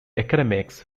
academics